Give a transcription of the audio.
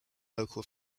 local